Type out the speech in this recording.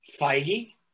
Feige